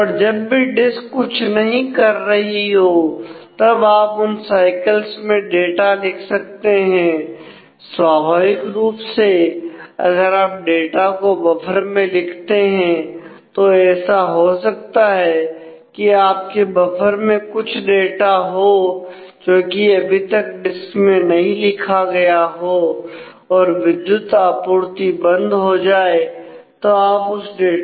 और जब भी डिस्क कुछ नहीं कर रही हो तब आप उन साइकल्स में डाटा लिख सकते हैं स्वाभाविक रूप से अगर आप डाटा को बफर में लिखते हैं तो ऐसा हो सकता है कि आपके बफर में कुछ डाटा हो जो कि अभी तक डिस्क में नहीं लिखा गया हो और विद्युत आपूर्ति बंद हो जाए तो आप उस डाटा को खो देंगे